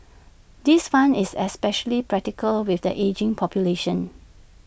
this fund is especially practical with an ageing population